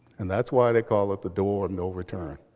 and that's why they call it the door of no return.